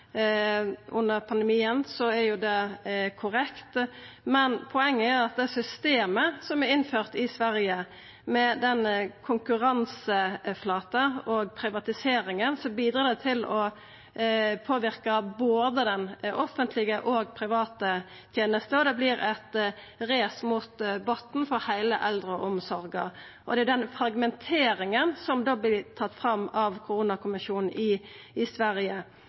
er det korrekt under pandemien. Men poenget er at det systemet som er innført i Sverige, med konkurranseflate og privatisering, bidrar til å påverka både den offentlege og den private tenesta. Det vert eit race mot botnen for heile eldreomsorga. Det er den fragmenteringa som vert trekt fram av koronakommisjonen i Sverige